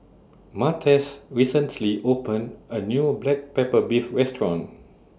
Martez recently opened A New Black Pepper Beef Restaurant